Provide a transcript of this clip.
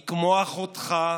היא כמו אחותך.